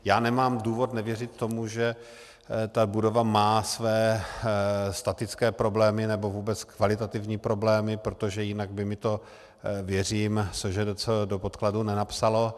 Já nemám důvod nevěřit tomu, že ta budova má své statické problémy nebo vůbec kvalitativní problémy, protože jinak by mi to, věřím, SŽDC do podkladů nenapsala.